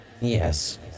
Yes